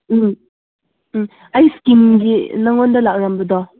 ꯎꯝ ꯎꯝ ꯑꯩ ꯁ꯭ꯀꯤꯟꯒꯤ ꯅꯉꯣꯟꯗ ꯂꯥꯛꯂꯝꯕꯗꯣ